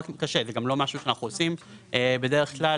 וזה גם לא משהו שאנחנו עושים בדרך כלל.